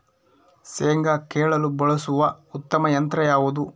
ಶೇಂಗಾ ಕೇಳಲು ಬಳಸುವ ಉತ್ತಮ ಯಂತ್ರ ಯಾವುದು?